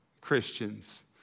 Christians